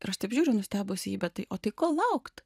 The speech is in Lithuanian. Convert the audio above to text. ir aš taip žiūriu nustebus į ji bet tai o tai ko laukt